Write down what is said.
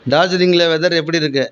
டார்ஜிலிங்கில் weather எப்படி இருக்குது